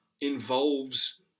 involves